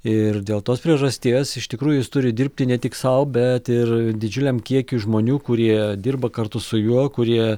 ir dėl tos priežasties iš tikrųjų jis turi dirbti ne tik sau bet ir didžiuliam kiekiui žmonių kurie dirba kartu su juo kurie